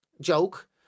joke